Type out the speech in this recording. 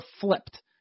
flipped